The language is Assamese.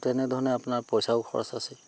তেনেধৰণে আপোনাৰ পইচাও খৰচ আছে